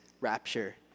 rapture